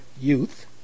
youth